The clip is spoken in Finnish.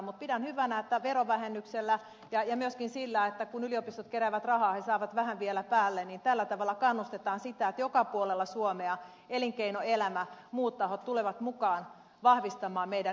mutta pidän hyvänä että verovähennyksellä kannustetaan ja myöskin sillä että kun yliopistot keräävät rahaa ne saavat vähän vielä päälle niin että joka puolella suomea elinkeinoelämä ja muut tahot tulevat mukaan vahvistamaan meidän yliopistojamme